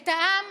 את העם